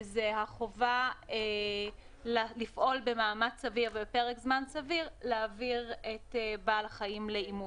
החובה לפעול במאמץ סביר ובפרק זמן סביר ולהביא את בעל החיים לאימוץ.